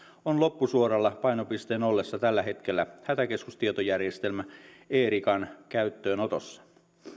on loppusuoralla painopisteen ollessa tällä hetkellä hätäkeskustietojärjestelmä erican käyttöönotossa